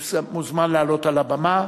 הוא מוזמן לעלות על הבמה,